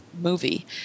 movie